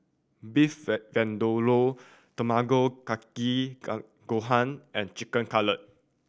Beef Vindaloo Tamago Kake Gohan and Chicken Cutlet